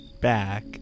back